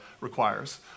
requires